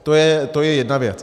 To je jedna věc.